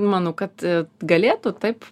manau kad galėtų taip